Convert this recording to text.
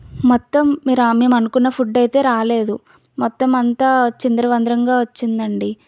మొత్తం మీరు మేము అనుకున్న ఫుడ్ అయితే రాలేదు మొత్తం అంతా చిందరవందరగా వచ్చింది అండి